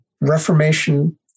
Reformation